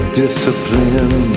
discipline